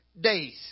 days